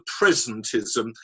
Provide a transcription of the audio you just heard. presentism